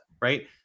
right